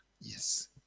Yes